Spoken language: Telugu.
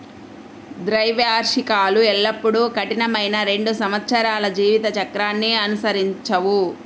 ద్వైవార్షికాలు ఎల్లప్పుడూ కఠినమైన రెండు సంవత్సరాల జీవిత చక్రాన్ని అనుసరించవు